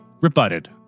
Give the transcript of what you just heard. rebutted